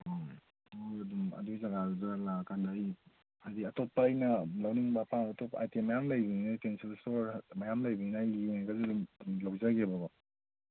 ꯍꯣꯏ ꯑꯣ ꯑꯗꯨꯝ ꯑꯗꯨꯒꯤ ꯖꯒꯥꯗꯨꯗ ꯂꯥꯛꯑꯀꯥꯟꯗ ꯑꯩ ꯍꯥꯏꯕꯗꯤ ꯑꯇꯣꯞꯄ ꯑꯩꯅ ꯃꯃꯤꯡ ꯃꯊꯥ ꯑꯇꯣꯞꯄ ꯑꯥꯏꯇꯦꯝ ꯃꯌꯥꯝ ꯂꯩꯕꯅꯤꯅ ꯌꯨꯇꯦꯟꯁꯤꯜ ꯏꯁꯇꯣꯔ ꯃꯌꯥꯝ ꯂꯩꯕꯅꯤꯅ ꯑꯩ ꯌꯦꯡꯉꯒꯁꯨ ꯑꯗꯨꯝ ꯂꯧꯖꯒꯦꯕꯀꯣ